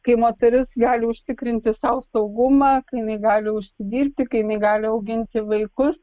kai moteris gali užtikrinti sau saugumą kai jinai gali užsidirbti kai jinai gali auginti vaikus